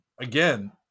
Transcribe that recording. again